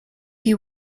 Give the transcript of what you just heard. you